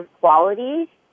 quality